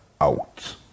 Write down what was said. out